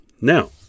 Now